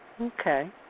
Okay